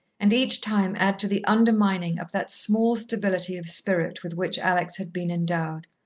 and each time add to the undermining of that small stability of spirit with which alex had been endowed.